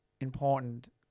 important